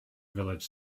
village